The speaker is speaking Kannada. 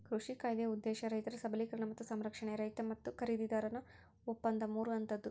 ಕೃಷಿ ಕಾಯ್ದೆಯ ಉದ್ದೇಶ ರೈತರ ಸಬಲೀಕರಣ ಮತ್ತು ಸಂರಕ್ಷಣೆ ರೈತ ಮತ್ತು ಖರೀದಿದಾರನ ಒಪ್ಪಂದ ಮೂರು ಹಂತದ್ದು